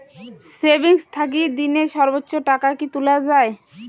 Savings থাকি দিনে সর্বোচ্চ টাকা কি তুলা য়ায়?